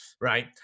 right